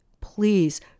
Please